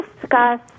discuss